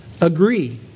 agree